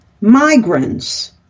migrants